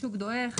השוק דועך.